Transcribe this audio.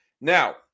Now